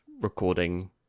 recording